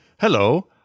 Hello